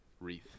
wreath